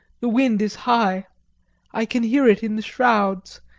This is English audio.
the wind is high i can hear it in the shrouds,